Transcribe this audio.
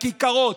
לכיכרות,